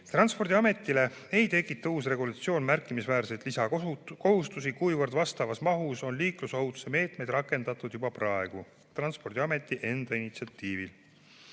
Transpordiametile ei tekita uus regulatsioon märkimisväärseid lisakohustusi, kuna samas mahus on liiklusohutuse meetmeid rakendatud juba praegu Transpordiameti enda initsiatiivil.